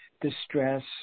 distress